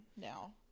now